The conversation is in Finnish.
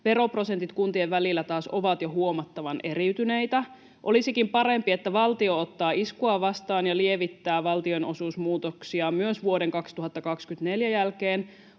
Veroprosentit kuntien välillä taas ovat jo huomattavan eriytyneitä. Olisikin parempi, että valtio ottaa iskua vastaan ja lievittää valtionosuusmuutoksia myös vuoden 2024 jälkeen.